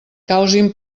causin